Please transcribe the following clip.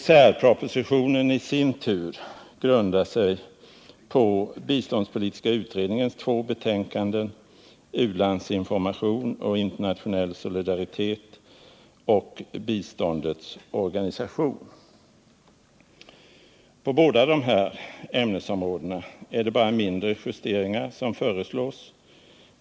Särpropositionen grundar sig i sin tur på biståndspolitiska utredningens två betänkanden U-landsinformation och Internationell solidaritet samt Biståndets organisation. Inom de båda ämnesområdena är det bara mindre justeringar som föreslås.